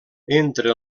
entre